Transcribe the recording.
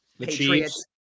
Patriots